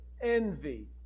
Envy